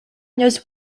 knows